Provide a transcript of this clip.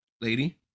Lady